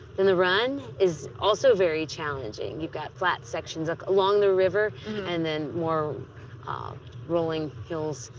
then the run is also very challenging. you've got flat sections like along the river and then more rolling hills.